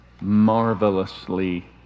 marvelously